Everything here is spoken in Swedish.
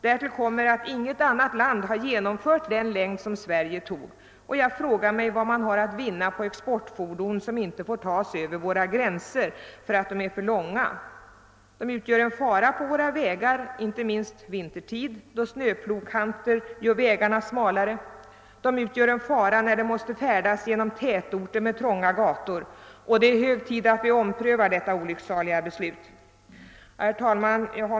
Härtill kommer att inget annat land har godtagit den fordonslängd som vi har här i Sverige, och jag frågar mig vad vi har att vinna på exportfordon som inte får köra över våra gränser därför att de är för långa. De utgör en fara på våra vägar, inte minst vinter tid då snöplogkanter gör vägarna smalare. De utgör också en fara vid färd genom tätorter med trånga gator. Det är hög tid att vi nu omprövar detta vårt olycksaliga beslut. Herr talman!